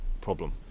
problem